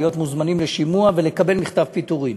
להיות מוזמנים לשימוע ולקבל מכתב פיטורין.